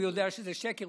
הוא יודע שזה שקר.